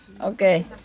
Okay